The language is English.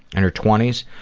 and her twenties.